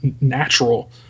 natural